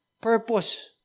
Purpose